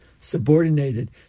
subordinated